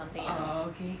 oh okay